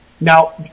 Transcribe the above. Now